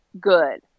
good